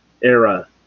era